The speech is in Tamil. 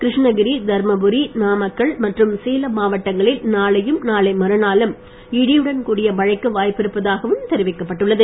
கிருஷ்ணகிரி தர்மபுரி நாமக்கல் மற்றும் சேலம் மாவட்டங்களில் நாளையும் நாளை மறுநாளும் இடியுடன் கூடிய மழைக்கு வாய்ப்பிருப்பதாகவும் தெரிவிக்கப் பட்டுள்ளது